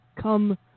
come